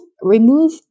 remove